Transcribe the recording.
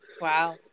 Wow